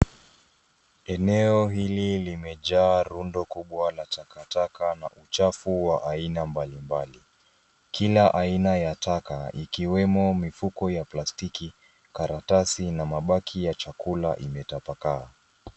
Eneo hili limejaa rundo kubwa la takataka na uchafu wa aina mbalimbali. Kila aina ya taka ikiwemo mifuko ya plastiki, karatasi na mabaki ya chakula imetapakaa.